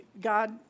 God